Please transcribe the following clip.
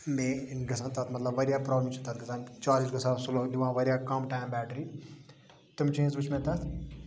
بیٚیہِ گَژھان تتھ واریاہ پرابلم چھ تتھ گَژھان چارج گَژھان سلو دِوان واریاہ کم ٹایم بیٹری تِم چیٖز وٕچھۍ مےٚ تتھ